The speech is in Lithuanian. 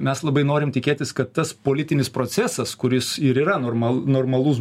mes labai norim tikėtis kad tas politinis procesas kuris ir yra normal normalus